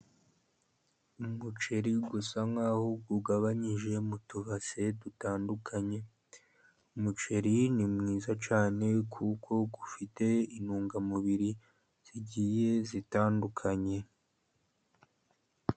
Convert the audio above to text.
Umuceri usa nkaho ugabanyije mu tubase dutandukanye. Umuceri ni mwiza cyane kuko ufite intungamubiri zigiye zitandukanye.